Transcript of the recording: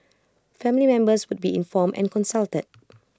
family members would be informed and consulted